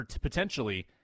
potentially